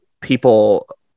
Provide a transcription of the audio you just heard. people